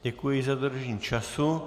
Děkuji za dodržení času.